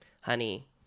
honey